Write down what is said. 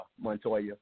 Montoya